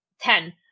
ten